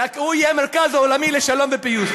הוא יהיה המרכז העולמי לשלום ופיוס.